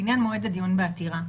לעניין מועד הדיון בעתירה,